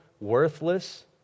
worthless